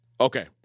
Okay